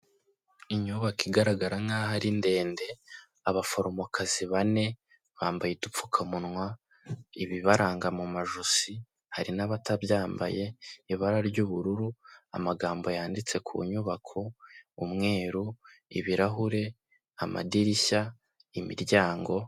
inyubako igaragara nkaho ari ndende, abaforomokazi bane bambaye udupfukamunwa, ibibaranga mu majosi, hari n'abatabyambaye, ibara ry'ubururu, amagambo yanditse ku nyubako, umweru, ibirahure, amadirishya, imiryango,...